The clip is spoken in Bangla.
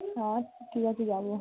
আচ্ছা ঠিক আছে যাবো